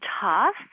tough